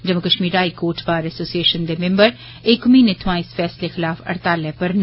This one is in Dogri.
Jammu Kashmir high court bar association दे मिंबर इक म्हीने थमां इस फैसले खलाफ हड़ताल उप्पर न